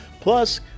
Plus